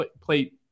Plate